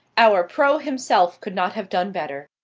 our pro. himself could not have done better.